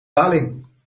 paling